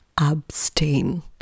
Abstain